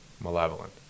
malevolent